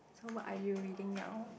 so what are you reading now